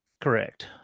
correct